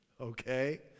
okay